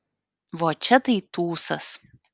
vo čia tai tūsas